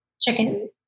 chicken